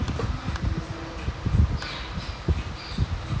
no you know the thing right the conversation thing right